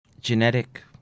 genetic